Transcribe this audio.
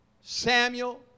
Samuel